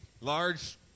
Large